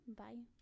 bye